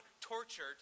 tortured